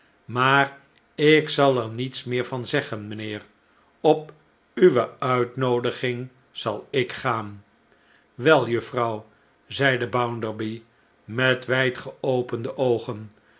maar ik zal er niets meer van zeggen rnijnheer op uwe uitnoodiging zal ik gaan wel juffrouw zeide bounderby metwijd geopende oogen